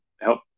help